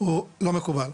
הוא לא מקובל.